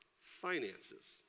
finances